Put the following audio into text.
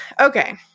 Okay